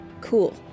Cool